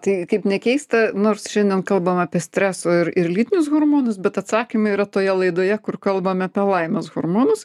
tai kaip ne keista nors šiandien kalbam apie streso ir ir lytinius hormonus bet atsakymai yra toje laidoje kur kalbam apie laimės hormonus